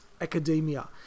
academia